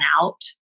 out